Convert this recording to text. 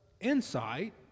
insight